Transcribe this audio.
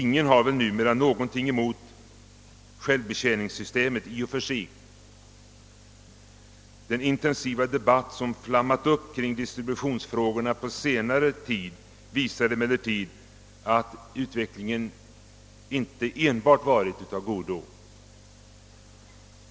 Numera har väl ingen någonting emot självbetjäningssystemet i och för sig. Den intensiva debatt som flammat upp kring distributionsfrågorna på senare tid visar emellertid att utvecklingen inte enbart varit av godo.